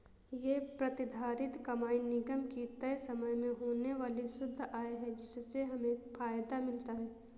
ये प्रतिधारित कमाई निगम की तय समय में होने वाली शुद्ध आय है जिससे हमें फायदा मिलता है